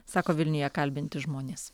sako vilniuje kalbinti žmonės